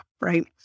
Right